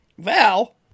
Val